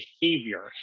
behavior